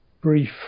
brief